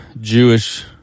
Jewish